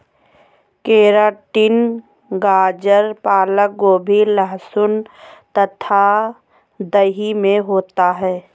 keratin गाजर पालक गोभी लहसुन तथा दही में होता है